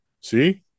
See